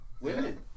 Women